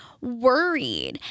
worried